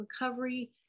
recovery